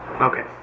Okay